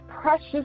precious